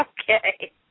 Okay